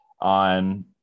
on